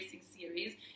series